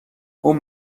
اون